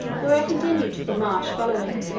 where i continued till the march following.